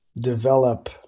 develop